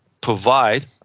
provide